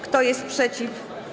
Kto jest przeciw?